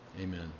Amen